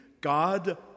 God